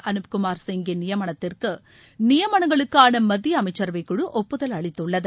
அனுப் குமார் சிங்கின் நியமனத்திற்கு நியமனங்களுக்கான மத்திய அமைச்சரவைக்குழு ஒப்புதல் அளித்துள்ளது